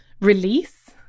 release